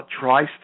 tries